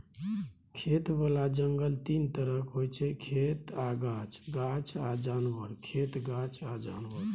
खेतबला जंगल तीन तरहक होइ छै खेत आ गाछ, गाछ आ जानबर, खेत गाछ आ जानबर